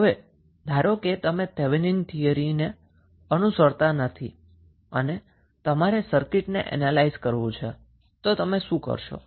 હવે ધારો કે તમે થેવેનિન થીયરીને અનુસરતા નથી અને તમારે સર્કિટને એનેલાઈઝ કરવી છે તો તમે શું કરશો